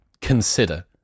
consider